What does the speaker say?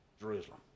Jerusalem